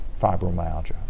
fibromyalgia